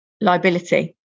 liability